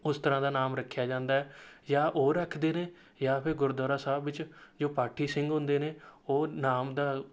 ਉਸ ਤਰ੍ਹਾਂ ਦਾ ਨਾਮ ਰੱਖਿਆ ਜਾਂਦਾ ਹੈ ਜਾਂ ਉਹ ਰੱਖਦੇ ਨੇ ਜਾਂ ਫਿਰ ਗੁਰਦੁਆਰਾ ਸਾਹਿਬ ਵਿੱਚ ਜੋ ਪਾਠੀ ਸਿੰਘ ਹੁੰਦੇ ਨੇ ਉਹ ਨਾਮ ਦਾ